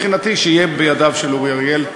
מבחינתי, שיהיה בידיו של אורי אריאל.